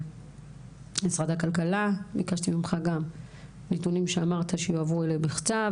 משרד הכלכלה - ביקשתי ממך גם נתונים שאמרת שיועברו אליי בכתב.